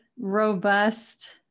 robust